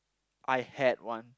I had one